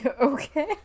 Okay